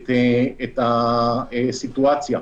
הסיטואציה,